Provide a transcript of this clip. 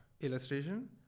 Illustration